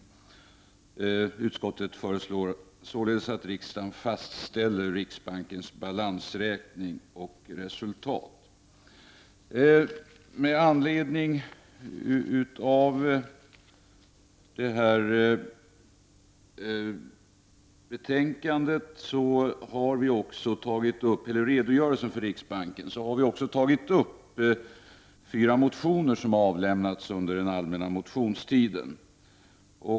Utskottet föreslår således att riksdagen fastställer riksbankens balansräkning och resultaträkning. Med anledning av redogörelsen för riksbanken har vi också tagit upp fyra motioner som har avlämnats under den allmänna motionstiden.